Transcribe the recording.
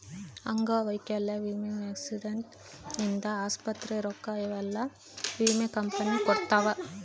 ಅಂಗವೈಕಲ್ಯ ವಿಮೆ ಆಕ್ಸಿಡೆಂಟ್ ಇಂದ ಆಸ್ಪತ್ರೆ ರೊಕ್ಕ ಯೆಲ್ಲ ವಿಮೆ ಕಂಪನಿ ಕೊಡುತ್ತ